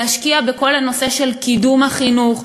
להשקיע בכל הנושא של קידום החינוך,